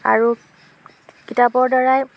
আৰু কিতাপৰ দ্বাৰাই